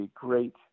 great